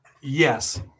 Yes